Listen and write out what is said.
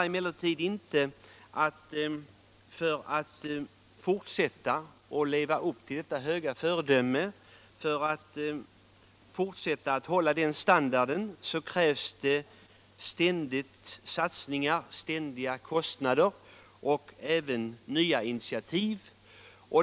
För att det skall vara möjligt att upprätthålla den standarden krävs det emellertid ständiga satsningar, ständiga medel för att täcka kostnaderna och nya initiativ.